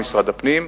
משרד הפנים,